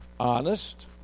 Honest